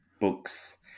books